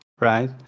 right